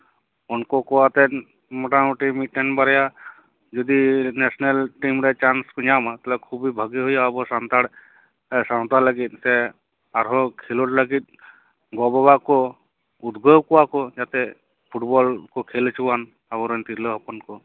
ᱩᱱᱠᱩ ᱠᱚ ᱟᱛᱮ ᱢᱚᱴᱟᱢᱩᱴᱤ ᱢᱤᱫᱴᱮᱱ ᱵᱟᱨᱭᱟ ᱡᱩᱫᱤ ᱱᱮᱥᱱᱮᱞ ᱴᱤᱢᱨᱮ ᱪᱟᱱᱥ ᱠᱚ ᱧᱟᱢᱟ ᱛᱟᱞᱦᱮ ᱠᱷᱩᱵᱮᱭ ᱵᱷᱟᱜᱤ ᱦᱩᱭᱩᱜᱼᱟ ᱟᱵᱚ ᱥᱟᱱᱛᱟᱲ ᱥᱟᱶᱛᱟ ᱞᱟᱹᱜᱤᱫ ᱥᱮ ᱟᱨᱦᱚᱸ ᱠᱷᱮᱸᱞᱳᱰ ᱞᱟᱹᱜᱤᱫ ᱜᱚ ᱵᱟᱵᱟ ᱠᱚ ᱩᱫᱜᱟᱹᱣ ᱠᱚᱣᱟ ᱠᱚ ᱡᱟᱛᱮ ᱯᱷᱩᱴᱵᱚᱞ ᱠᱚ ᱠᱷᱮᱹᱞ ᱦᱚᱪᱚᱣᱟᱱ ᱟᱵᱚᱨᱮᱱ ᱛᱤᱨᱞᱟᱹ ᱦᱚᱯᱚᱱ ᱠᱚ